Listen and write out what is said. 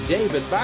David